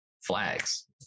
flags